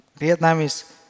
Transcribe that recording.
Vietnamese